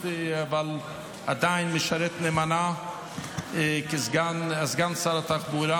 אבל עדיין משרת נאמנה כסגן שר התחבורה,